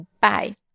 Bye